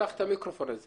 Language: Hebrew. שמייצג את הנגב ואת